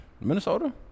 Minnesota